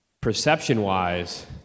Perception-wise